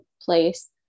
place